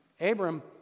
Abram